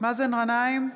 מאזן גנאים,